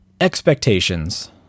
expectations